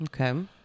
Okay